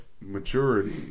maturity